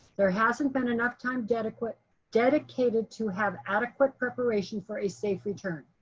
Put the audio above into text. there hasn't been enough time dedicated dedicated to have adequate preparation for a safe return.